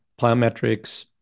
plyometrics